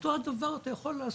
אותו הדבר אתה יכול לעשות,